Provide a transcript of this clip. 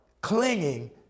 clinging